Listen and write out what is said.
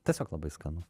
tiesiog labai skanu